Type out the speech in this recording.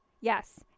Yes